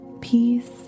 peace